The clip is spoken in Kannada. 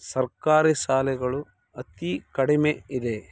ಸರ್ಕಾರಿ ಶಾಲೆಗಳು ಅತೀ ಕಡಿಮೆ ಇದೆ